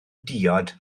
diod